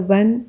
one